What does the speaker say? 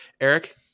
eric